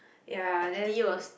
ya then